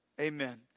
Amen